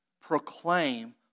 proclaim